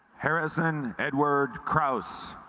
harrison edward krauss